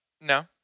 no